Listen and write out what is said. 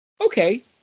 okay